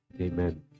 Amen